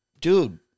dude